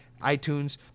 iTunes